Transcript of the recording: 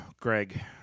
Greg